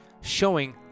showing